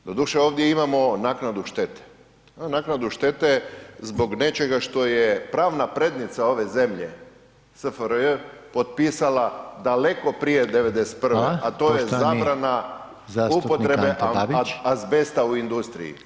Doduše ovdje imamo naknadu štete, imamo naknadu štete zbog nečega što je pravna prednica ove zemlje SFRJ potpisala daleko prije '91., a to je zabrana upotrebe azbesta u industriji.